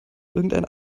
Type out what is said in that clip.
irgendein